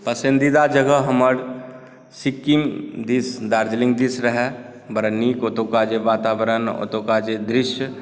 पसंदीदा जगह हमर सिक्किम दिस दार्जिलिंग दिस रहै बड़ा नीक ओतुका जे वातावरण ओतुका जे दृश्य